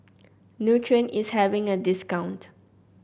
Nutren is having a discount